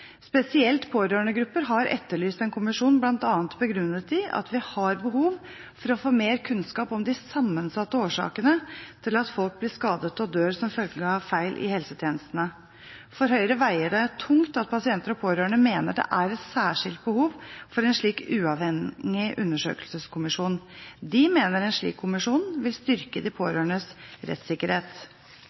Spesielt pårørendegrupper har etterlyst en kommisjon, bl.a. begrunnet i at vi har behov for å få mer kunnskap om de sammensatte årsakene til at folk blir skadet og dør som følge av feil i helsetjenestene. For Høyre veier det tungt at pasienter og pårørende mener det er et særskilt behov for en slik uavhengig undersøkelseskommisjon. De mener en slik kommisjon vil styrke de pårørendes rettssikkerhet.